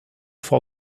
frau